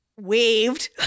waved